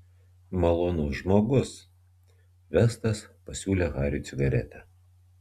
malonus žmogus vestas pasiūlė hariui cigaretę